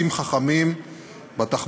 יציג את הצעת החוק בשם שר התחבורה,